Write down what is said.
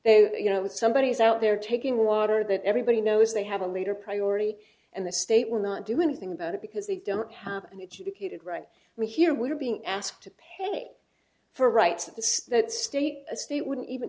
they you know that somebody is out there taking water that everybody knows they have a leader priority and the state will not do anything about it because they don't have an educated right we here we are being asked to pay for rights of the state a state wouldn't even